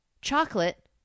chocolate